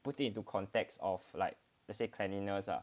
put it into context of like let's say cleanliness lah